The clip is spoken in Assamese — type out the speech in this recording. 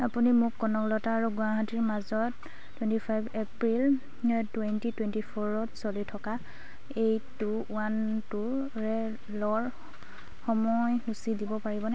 আপুনি মোক কলকাতা আৰু গুৱাহাটীৰ মাজত twenty five April twenty twenty ফ'ৰত চলি থকা এইট টু ৱান টু ৰে'লৰ সময়সূচী দিব পাৰিবনে